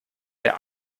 der